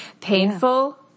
painful